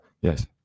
Yes